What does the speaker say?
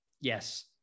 yes